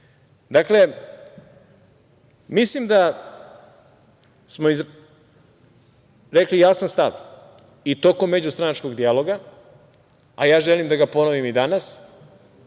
Srbije. Dakle, mislim da smo izrekli jasan stavi tokom međustranačkog dijaloga, a ja želim da ga ponovim i danas.